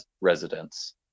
residents